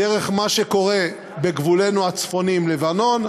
דרך מה שקורה בגבולנו הצפוני עם לבנון,